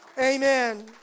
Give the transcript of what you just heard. Amen